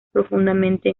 profundamente